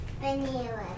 Vanilla